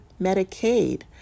Medicaid